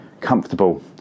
comfortable